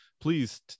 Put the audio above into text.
Please